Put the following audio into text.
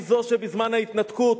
והיא זו שבזמן ההתנתקות